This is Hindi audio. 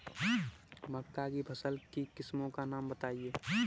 मक्का की फसल की किस्मों का नाम बताइये